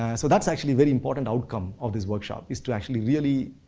so, that's actually very important outcome of this workshop. it's to actually really